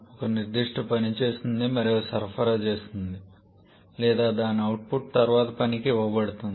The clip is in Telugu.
ప్రతి భాగం ఒక నిర్దిష్ట పని చేస్తుంది మరియు సరఫరా చేస్తుంది లేదా దాని అవుట్పుట్ తరువాతి పనికి ఇవ్వబడుతుంది